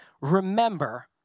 Remember